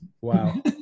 Wow